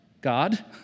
God